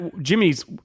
Jimmy's